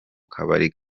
kabari